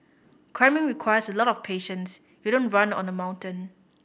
climbing requires a lot of patience you don't run on the mountain